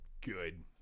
good